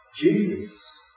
Jesus